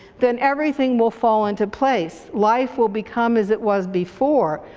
then everything will fall into place. life will become as it was before.